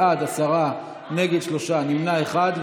בעד, עשרה, נגד, שלושה, נמנע אחד.